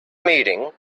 meeting